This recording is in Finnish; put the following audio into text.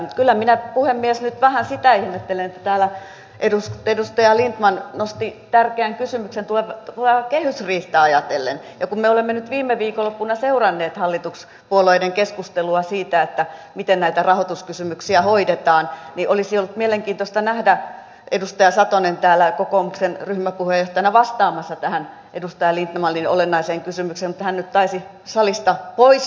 mutta kyllä puhemies olisi ollut mielenkiintoista nähdä kun täällä edustaja lindtman nosti tärkeän kysymyksen tulevaa kehysriihtä ajatellen ja kun me olemme viime viikonloppuna seuranneet hallituspuolueiden keskustelua siitä miten näitä rahoituskysymyksiä hoidetaan edustaja satonen täällä kokoomuksen ryhmäpuheenjohtajana vastaamassa tähän edustaja lindtmanin olennaiseen kysymykseen mutta hän nyt taisi salista poistua